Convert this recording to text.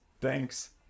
thanks